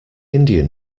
indian